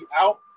out